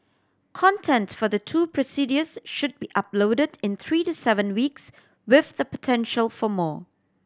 content for the two procedures should be uploaded in three to seven weeks with the potential for more